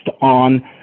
on